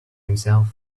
himself